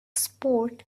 sport